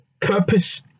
purpose